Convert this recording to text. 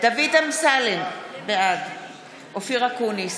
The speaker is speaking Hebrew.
דוד אמסלם, בעד אופיר אקוניס,